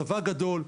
הצבא גדול,